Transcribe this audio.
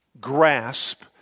grasp